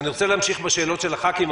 אני רוצה להמשיך בשאלות של חברי הכנסת,